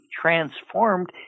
transformed